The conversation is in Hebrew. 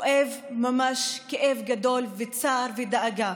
כואב ממש כאב גדול וצער ודאגה.